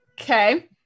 okay